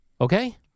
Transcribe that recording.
Okay